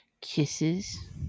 Kisses